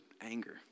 anger